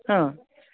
हां